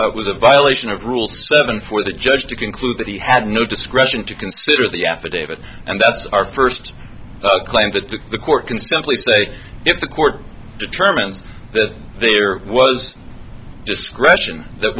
was a violation of rule seven for the judge to conclude that he had no discretion to consider the affidavit and that's our first claim that the the court can simply say if the court determines that there was just pression that